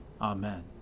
Amen